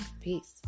peace